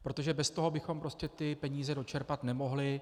Protože bez toho bychom prostě ty peníze dočerpat nemohli.